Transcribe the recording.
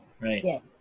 right